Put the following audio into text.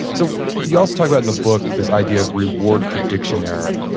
so you also talk about in the book this idea of reward prediction error,